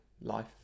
life